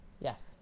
Yes